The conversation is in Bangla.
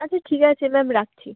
আচ্ছা ঠিক আছে ম্যাম রাখছি